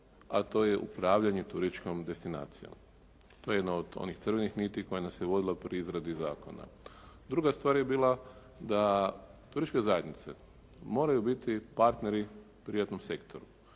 a to je upravljanje turističkom destinacijom. To je jedna od onih crvenih niti koja nas je vodila pri izradi zakona. Druga stvar je bila da turističke zajednice moraju biti partneri u privatnom sektoru,